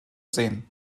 sehen